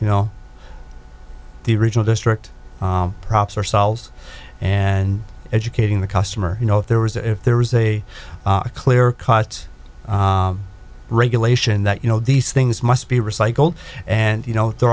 you know the regional district props ourselves and educating the customer you know if there was a if there was a clear cut regulation that you know these things must be recycled and you know they're